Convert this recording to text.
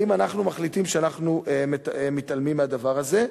האם אנחנו מחליטים שאנחנו מתעלמים מהדבר הזה?